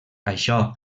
això